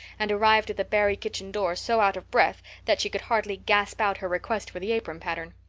and arrived at the barry kitchen door so out of breath that she could hardly gasp out her request for the apron pattern.